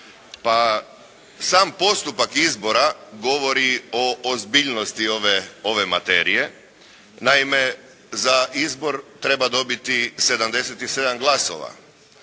Pa sam postupak izbora govori o ozbiljnosti ove, ove materije. Naime za izbor treba dobiti 77 glasova.